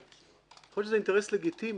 יכול להיות שזה אינטרס לגיטימי,